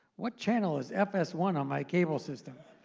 what channel is f s one on my cable system?